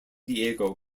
diego